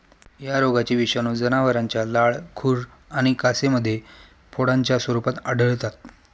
या रोगाचे विषाणू जनावरांच्या लाळ, खुर आणि कासेमध्ये फोडांच्या स्वरूपात आढळतात